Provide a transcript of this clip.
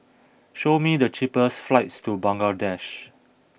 show me the cheapest flights to Bangladesh